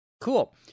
Cool